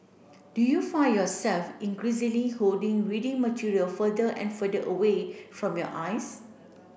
do you find yourself increasingly holding reading material further and further away from your eyes